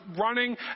running